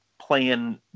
playing